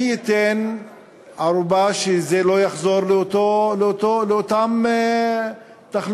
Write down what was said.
מי ייתן ערובה שזה לא יחזור לאותם תחלואים?